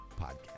podcast